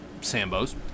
Sambo's